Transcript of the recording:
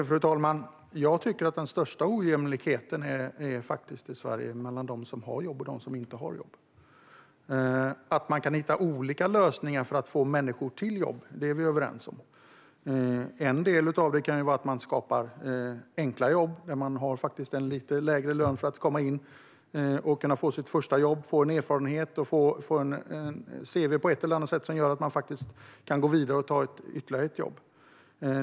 Fru talman! Jag tycker att den största ojämlikheten i Sverige råder mellan dem som har jobb och dem som inte har jobb. Att det går att hitta olika lösningar för att få människor i jobb är vi överens om. Ett sätt kan vara att skapa enkla jobb. Man får en lite lägre lön för att kunna komma in och få sitt första jobb och en erfarenhet att ta med på sitt cv. Det gör att man kan gå vidare och ta ytterligare ett jobb.